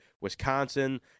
Wisconsin